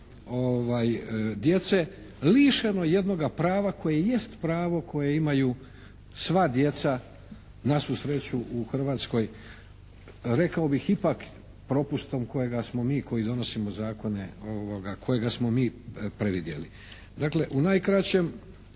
djece, lišeno jednoga prava koje jest pravo koje imaju sva djeca na svu sreću u Hrvatskoj, rekao bih ipak propustom kojega smo mi koji donosimo zakone, kojega smo mi previdjeli. Dakle u najkraćem